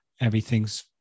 everything's